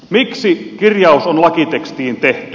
miksi kirjaus on lakitekstiin tehty